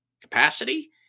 capacity